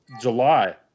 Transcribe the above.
july